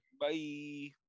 Bye